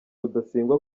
rudasingwa